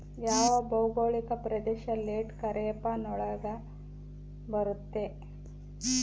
ಯಾವ ಭೌಗೋಳಿಕ ಪ್ರದೇಶ ಲೇಟ್ ಖಾರೇಫ್ ನೊಳಗ ಬರುತ್ತೆ?